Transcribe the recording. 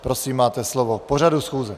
Prosím, máte slovo k pořadu schůze.